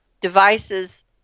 devices